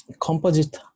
composite